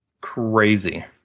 crazy